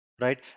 right